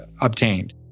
obtained